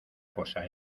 cosa